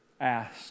ask